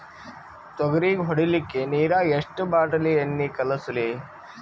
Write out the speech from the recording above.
ತೊಗರಿಗ ಹೊಡಿಲಿಕ್ಕಿ ನಿರಾಗ ಎಷ್ಟ ಬಾಟಲಿ ಎಣ್ಣಿ ಕಳಸಲಿ?